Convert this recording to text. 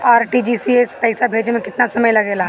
RTGS से पैसा भेजे में केतना समय लगे ला?